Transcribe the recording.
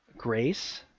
grace